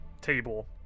table